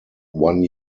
one